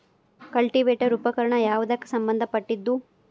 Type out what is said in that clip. Cultivator ಉಪಕರಣ ಯಾವದಕ್ಕ ಸಂಬಂಧ ಪಟ್ಟಿದ್ದು?